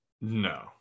No